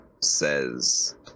says